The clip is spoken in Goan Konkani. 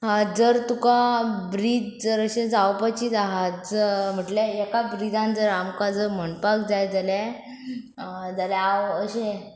जर तुका ब्रीज जर अशें जावपाचीच आसा म्हटल्यार एका ब्रिदान जर आमकां जर म्हणपाक जाय जाल्यार जाल्यार हांव अशें